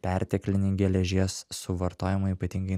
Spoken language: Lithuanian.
perteklinį geležies suvartojimą ypatingai